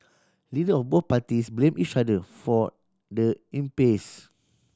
leader of both parties blamed each other for the impasse